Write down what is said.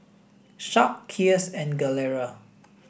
Sharp Kiehl's and Gelare